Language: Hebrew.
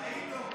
ראינו.